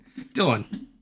Dylan